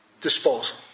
disposal